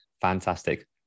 fantastic